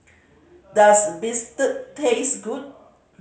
does bistake taste good